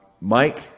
Mike